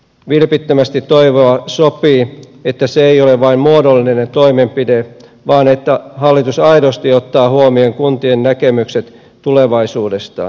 vilpittömästi toivoa sopii että se ei ole vain muodollinen toimenpide vaan että hallitus aidosti ottaa huomioon kuntien näkemykset tulevaisuudestaan